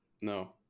No